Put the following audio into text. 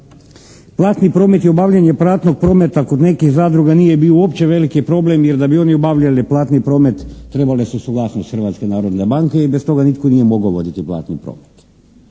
Platni promet i obavljanje platnog prometa kod nekih zadruga nije bio uopće veliki problem, jer da bi oni obavljali platni promet trebali su suglasnost Hrvatske narodne banke i bez toga nitko nije mogao voditi platni promet.